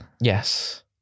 Yes